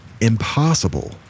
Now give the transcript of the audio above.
impossible